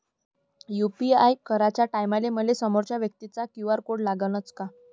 UPI कराच्या टायमाले मले समोरच्या व्यक्तीचा क्यू.आर कोड लागनच का?